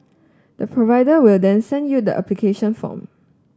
the provider will then send you the application form